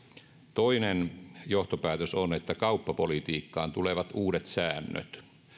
toinen johtopäätös on että kauppapolitiikkaan tulevat uudet säännöt